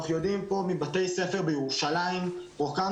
אנחנו יודעים פה מבתי ספר בירושלים רוקנו